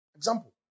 Example